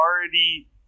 already